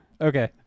Okay